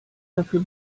dafür